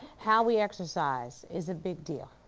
how we exercise is a big deal.